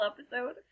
episode